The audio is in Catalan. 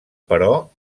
però